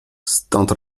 stąd